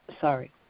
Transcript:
sorry